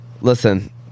Listen